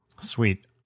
Sweet